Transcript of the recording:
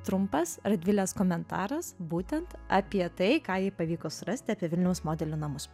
trumpas radvilės komentaras būtent apie tai ką jai pavyko surasti apie vilniaus modelių namus